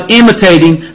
imitating